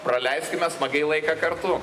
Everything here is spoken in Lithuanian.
praleiskime smagiai laiką kartu